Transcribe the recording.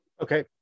Okay